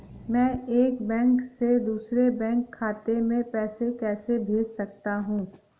मैं एक बैंक से दूसरे बैंक खाते में पैसे कैसे भेज सकता हूँ?